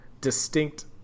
distinct